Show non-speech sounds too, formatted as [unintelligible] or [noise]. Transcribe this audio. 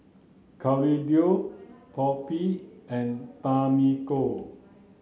Claudio [unintelligible] and Tamiko